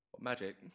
Magic